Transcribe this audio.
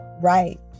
Right